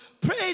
pray